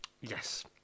yes